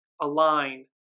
align